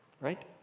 right